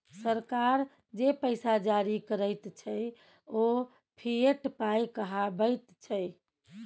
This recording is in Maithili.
सरकार जे पैसा जारी करैत छै ओ फिएट पाय कहाबैत छै